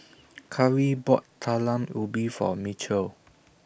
Cari bought Talam Ubi For Mitchel